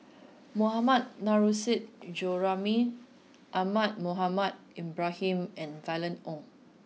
Mohammad Nurrasyid Juraimi Ahmad Mohamed Ibrahim and Violet Oon